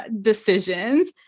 decisions